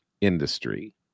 industry